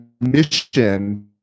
mission